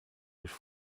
durch